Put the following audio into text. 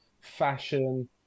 fashion